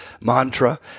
mantra